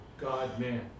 God-man